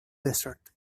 desert